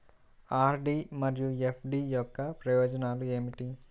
RD మరియు FD యొక్క ప్రయోజనాలు ఏమిటి?